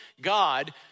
God